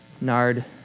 Nard